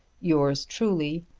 yours truly,